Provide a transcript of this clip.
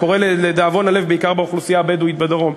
לדאבון הלב זה קורה בעיקר באוכלוסייה הבדואית בדרום,